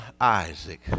Isaac